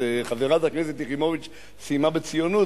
אז חברת הכנסת יחימוביץ סיימה בציונות,